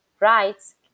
rights